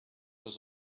was